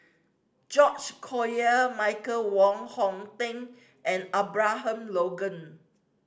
George Collyer Michael Wong Hong Teng and Abraham Logan